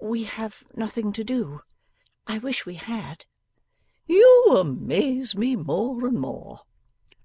we have nothing to do i wish we had you amaze me more and more